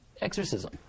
exorcism